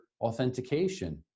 authentication